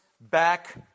back